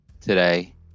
today